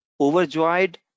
overjoyed